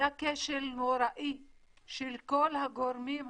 היה כשל נוראי של כל הגורמים הרלוונטיים.